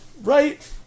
right